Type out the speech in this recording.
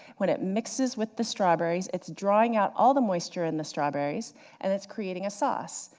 when it mixes with the strawberries, it's drawing out all the moisture in the strawberries and it's creating a sauce.